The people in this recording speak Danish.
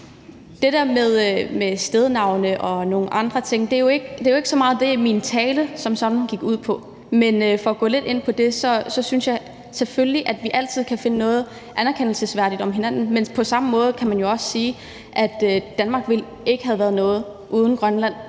Det der med stednavne og nogle af de andre ting var jo ikke så meget det, min tale som sådan gik ud på. Men for at gå lidt ind på det vil jeg sige, at jeg synes, at vi selvfølgelig altid kan finde noget anerkendelsesværdigt at sige om hinanden. Men på samme måde kan man jo sige, at Danmark ikke ville have været noget uden Grønland.